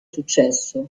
successo